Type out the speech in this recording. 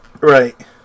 Right